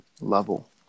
level